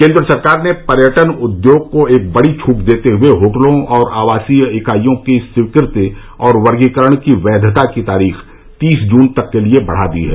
केन्द्र सरकार ने पर्यटन उद्योग को एक बड़ी छूट देते हुए होटलों और आवासीय इकाइयों की स्वीकृति और वर्गीकरण की वैधता की तारीख तीस जून तक के लिए बढ़ा दी है